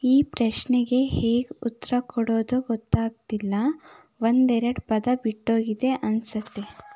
ಈ ಪ್ರಶ್ನೆಗೆ ಹೇಗೆ ಉತ್ತರ ಕೊಡೋದು ಗೊತ್ತಾಗ್ತಿಲ್ಲ ಒಂದೆರಡು ಪದ ಬಿಟ್ಟೋಗಿದೆ ಅನ್ಸುತ್ತೆ